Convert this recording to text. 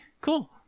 cool